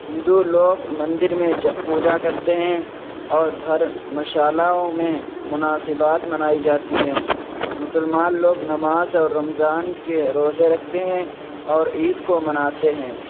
ہندو لوگ مندر میں جا پوچا کرتے ہیں اور دھرم شالاؤں میں مناسبات منائی جاتی ہیں مسلمان لوگ نماز اور رمضان کے روزے رکھتے ہیں اور عید کو مناتے ہیں